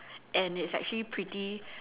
and it's actually pretty